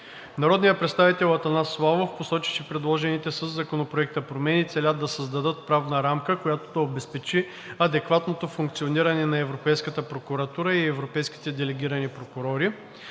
Народният представител Атанас Славов посочи, че предложените със Законопроекта промени целят да създадат правна рамка, която да обезпечи адекватното функциониране на Европейската прокуратура и европейските делегирани прокурори.